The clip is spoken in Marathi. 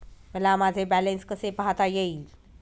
मला माझे बॅलन्स कसे पाहता येईल?